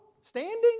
Standing